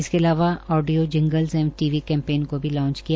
इसके अलावा audio jingles एवं टीवी कैंपेन को भी लांच किया